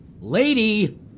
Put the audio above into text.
Lady